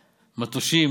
מטושים,